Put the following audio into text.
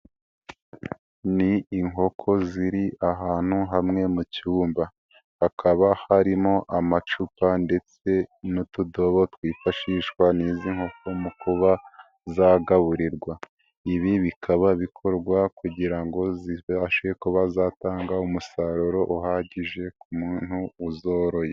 Ni inkoko ziri ahantu hamwe mu cyumba, hakaba harimo amacupa ndetse n'utudobo twifashishwa n'izi nkoko mu kuba zagaburirwa, ibi bikaba bikorwa kugira ngo zibashe kuba zatanga umusaruro uhagije ku muntu uzoroye.